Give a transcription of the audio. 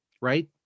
Right